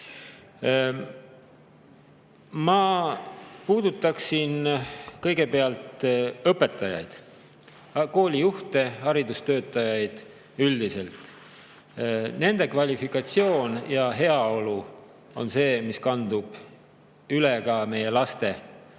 Ma puudutaksin kõigepealt õpetajaid, koolijuhte, haridustöötajaid üldiselt. Nende kvalifikatsioon ja heaolu on see, mis kandub üle ka meie laste